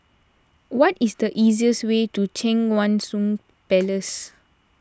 what is the easiest way to Cheang Wan Seng Palace